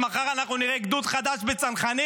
מחר אנחנו נראה גדוד חדש בצנחנים?